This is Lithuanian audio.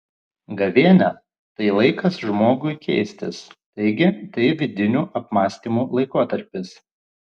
gavėnia tai laikas žmogui keistis taigi tai vidinių apmąstymų laikotarpis